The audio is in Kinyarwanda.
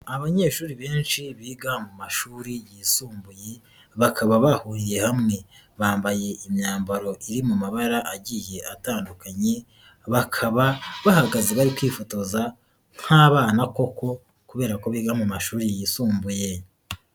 Abanyeshuri benshi biga mu mashuri yisumbuye bakaba bahuriye hamwe, bambaye imyambaro iri mu mabara agiye atandukanye, bakaba bahagaze bari kwifotoza nk'abana koko kubera ko biga mu mashuri yisumbuye.